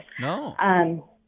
No